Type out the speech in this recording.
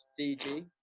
DG